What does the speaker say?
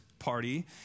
party